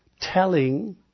telling